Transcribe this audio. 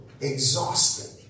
exhausted